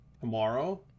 tomorrow